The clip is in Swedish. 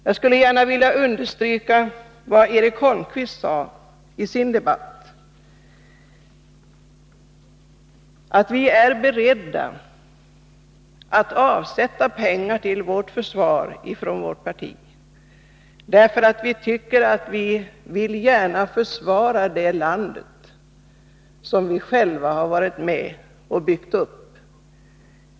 Jag skulle gärna vilja understryka vad Eric Holmqvist sade i sitt anförande, nämligen att vi i vårt parti är beredda att avsätta pengar till vårt försvar, därför att vi gärna vill försvara det land som vi själva har varit med om att bygga upp.